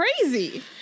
crazy